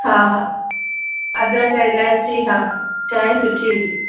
हा हा अद्रक एलाची हा चांहि सुठी हुजे